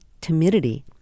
timidity